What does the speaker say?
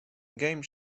game